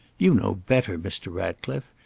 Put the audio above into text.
you know better, mr. ratcliffe!